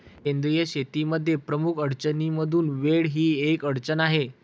सेंद्रिय शेतीमध्ये प्रमुख अडचणींमधून वेळ ही एक अडचण आहे